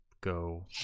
go